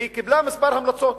והיא קיבלה כמה המלצות.